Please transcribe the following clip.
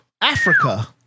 Africa